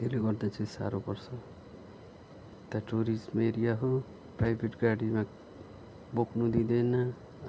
त्यसले गर्दा चाहिँ साह्रो पर्छ यता टुरिज्म एरिया हो प्राइभेट गाडीमा बोक्नु दिँदैन